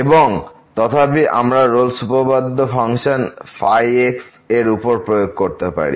এবং তথাপি আমরা রোলস উপপাদ্য ফাংশন ϕ এর উপর প্রয়োগ করতে পারি